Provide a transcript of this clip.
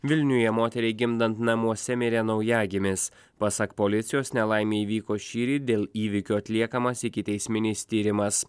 vilniuje moteriai gimdant namuose mirė naujagimis pasak policijos nelaimė įvyko šįryt dėl įvykio atliekamas ikiteisminis tyrimas